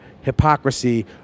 hypocrisy